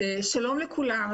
שלום לכולם.